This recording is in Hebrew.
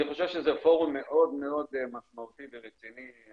אני חושב שזה פורום מאוד מאוד משמעותי ורציני.